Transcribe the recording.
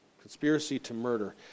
Conspiracy-to-murder